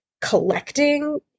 collecting